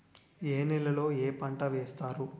ఏ నేలలో ఏ పంట వేస్తారు?